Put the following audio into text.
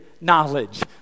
knowledge